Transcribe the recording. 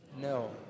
No